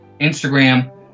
Instagram